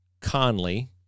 Conley